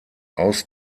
aus